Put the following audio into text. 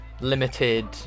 limited